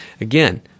Again